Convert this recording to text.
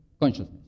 consciousness